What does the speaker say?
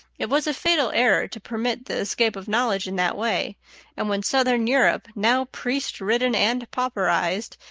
it was a fatal error to permit the escape of knowledge in that way and when southern europe, now priest-ridden and pauperized,